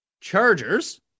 Chargers